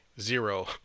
zero